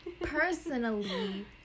personally